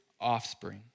offspring